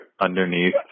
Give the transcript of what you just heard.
underneath